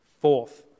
Fourth